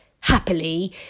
happily